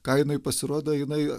ką jinai pasirodo jinai